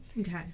Okay